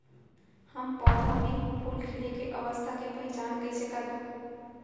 हम पौधा मे फूल खिले के अवस्था के पहिचान कईसे करबो